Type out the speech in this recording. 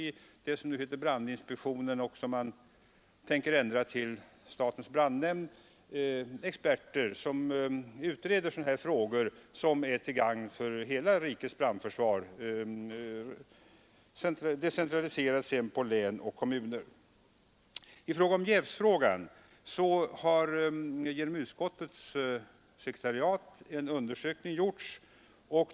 I det som nu heter brandinspektionen och som man tänker ändra till statens brandnämnd behövs experter som kan göra utredningar till gagn för hela rikets brandförsvar, decentraliserade på län och kommuner. I vad gäller jävsfrågan har genom utskottets sekretariat en undersökning gjorts.